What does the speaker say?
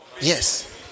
Yes